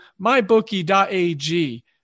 MyBookie.ag